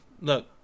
look